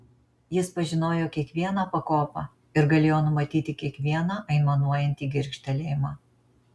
jis pažinojo kiekvieną pakopą ir galėjo numatyti kiekvieną aimanuojantį girgžtelėjimą